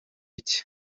iki